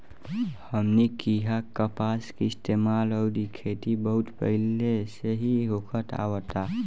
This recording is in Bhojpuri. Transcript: हमनी किहा कपास के इस्तेमाल अउरी खेती बहुत पहिले से ही होखत आवता